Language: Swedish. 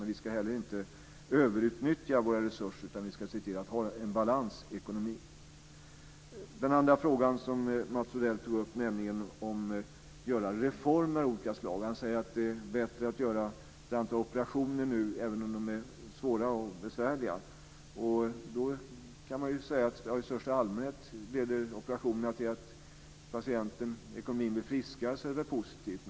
Men vi ska inte överutnyttja våra resurser, utan vi ska se till att ha en balans i ekonomin. Den andra frågan som Mats Odell tog upp handlade om att genomföra reformer av olika slag. Han säger att det är bättre att göra ett antal operationer nu, även om de är svåra och besvärliga. Då kan man säga att om operationerna i största allmänhet leder till att patienten - ekonomin - blir friskare är det väl positivt.